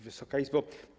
Wysoka Izbo!